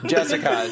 Jessica